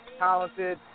talented